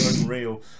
unreal